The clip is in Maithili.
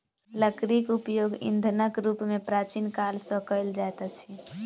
लकड़ीक उपयोग ईंधनक रूप मे प्राचीन काल सॅ कएल जाइत अछि